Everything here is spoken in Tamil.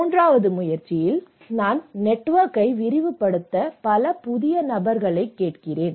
மூன்றாவது முயற்சியில் நான் நெட்வொர்க்கை விரிவுபடுத்தி பல புதிய நபர்களைக் கேட்டேன்